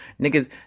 Niggas